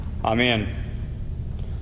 Amen